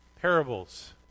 Parables